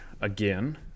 again